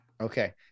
okay